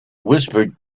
whispered